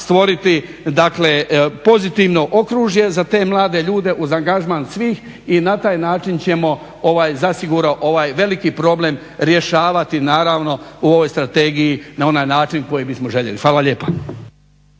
stvoriti, dakle pozitivno okružje za te mlade ljude uz angažman svih i na taj način ćemo zasigurno, ovaj veliki problem rješavati naravno u ovoj strategiji na onaj način koji bi smo željeli. Hvala lijepa.